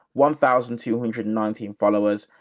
one thousand two hundred and nineteen followers.